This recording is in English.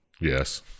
Yes